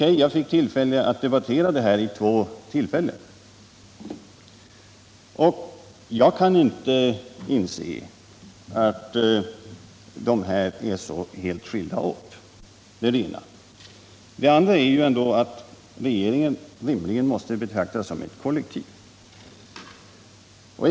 Jag fick tillfälle att diskutera frågorna vid två tillfällen. OK, men jag kan inte inse att dessa frågor är så helt åtskilda. Det är det ena. Det andra är att regeringen rimligen måste betraktas som ett kollektiv.